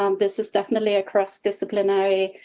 um this is definitely a cross disciplinary.